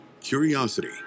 curiosity